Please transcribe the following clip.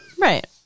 Right